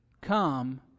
come